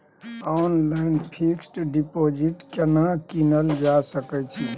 Online fix deposit केना कीनल जा सकै छी?